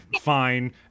fine